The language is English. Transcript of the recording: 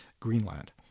Greenland